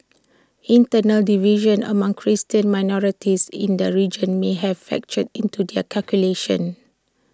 internal divisions among Christian minorities in the region may have factored into their calculations